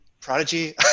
Prodigy